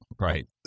Right